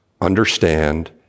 understand